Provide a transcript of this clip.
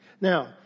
Now